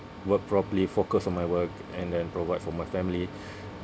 work properly focus on my work and then provide for my family